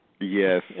Yes